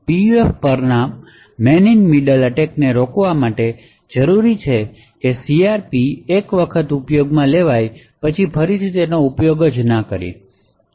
PUF પરના man in middle અટેકને રોકવા માટે જરૂરી છે કે CRP એક વખત ઉપયોગમાં લેવાય પછી ફરીથી ઉપયોગમાં લેવાય નહીં